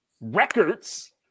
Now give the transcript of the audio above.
records